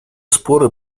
споры